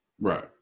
Right